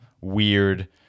weird